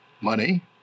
money